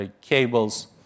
cables